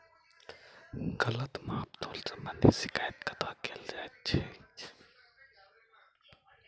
गलत माप तोल संबंधी शिकायत कतह दर्ज कैल जाइत अछि?